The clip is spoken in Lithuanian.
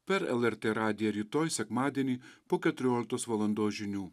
per lrt radiją rytoj sekmadienį po keturioliktos valandos žinių